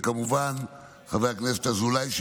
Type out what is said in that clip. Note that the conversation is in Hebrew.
וכמובן לחבר הכנסת אזולאי,